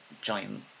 giant